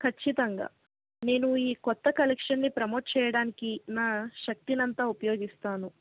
ఖచ్చితంగా నేను ఈ కొత్త కలెక్షన్ని ప్రమోట్ చెయ్యడానికి నా శక్తినంతా ఉపయోగిస్తాను